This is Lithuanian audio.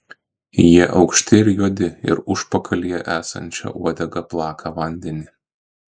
jie aukšti ir juodi ir užpakalyje esančia uodega plaka vandenį